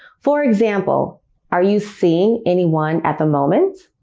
for example are you seeing anyone at the moment